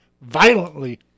violently